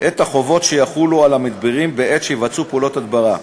את החובות שיחולו על המדבירים בעת שיבצעו פעולות הדברה.